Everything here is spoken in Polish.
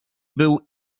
był